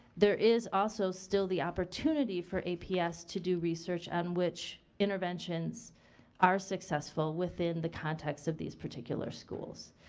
there is also still the opportunity for aps to do research on which interventions are successful within the context of these particular schools.